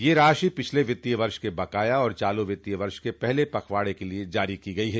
यह राशि पिछले वित्तीय वर्ष के बकाया और चालू वित्तीय वर्ष के पहले पखवाडे के लिए जारी की गई है